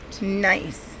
Nice